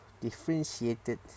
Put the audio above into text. differentiated